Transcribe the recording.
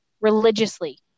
religiously